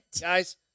guys